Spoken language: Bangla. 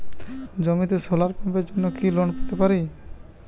জমিতে সোলার পাম্পের জন্য কি লোন পেতে পারি?